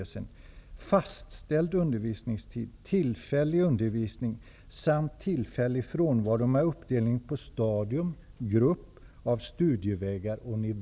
Man kräver in uppgifter om